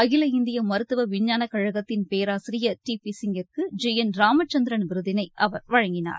அகில இந்திய மருத்துவ விஞ்ஞான கழகத்தின் பேராசிரியர் டி பி சிங்கிற்கு ஜி என் ராமச்சந்திரன் விருதினை அவர் வழங்கினார்